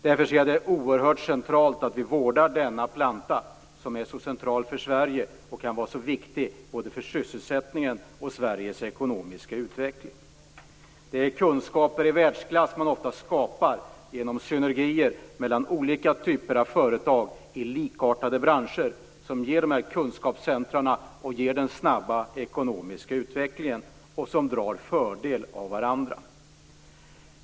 Därför ser jag det som oerhört centralt att vi vårdar denna planta som är så viktig för sysselsättningen och för Sveriges ekonomiska utveckling. Man skapar ofta kunskap världsklass genom synergier mellan olika typer av företag i likartade branscher som ger dessa kunskapscentrum, som bidrar till den snabba ekonomiska utvecklingen och som drar fördel av varandra.